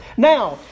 Now